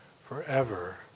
forever